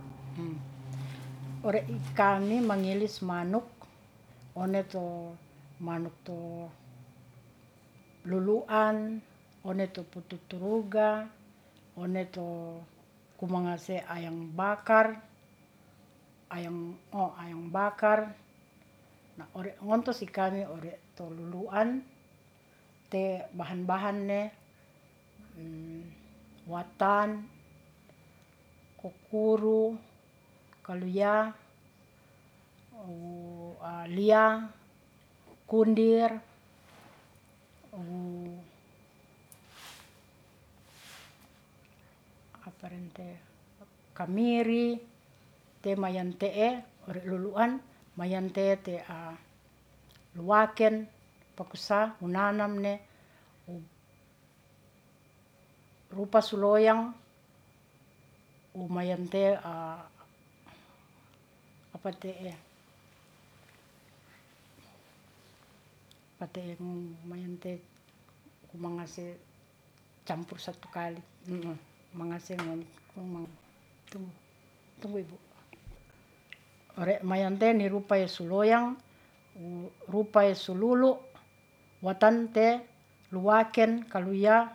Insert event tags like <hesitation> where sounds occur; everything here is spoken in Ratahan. Ore i kami mangilis manuk one to manuk to lulu'an on tu pututuruga, one to ku mangase ayang bakar, ayang bakar na ore ngonto si kami ore to lulu'an te bahan-bahane watan kukuru. kaluyam, wu liya, kundir, wu kamiri, te mayante'e ore lulu'an mayante'e <hesitation> luwaken pakusa wu nanamne, rupa su loyang wu mayan te'e <hesitation> kumangase campue satu kali <hesitation> mangase ore mayante'e ni rupa ya su loyang rupae sululu' watan te luwaken kaluya